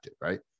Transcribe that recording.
right